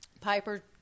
Piper